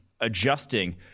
adjusting